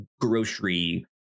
grocery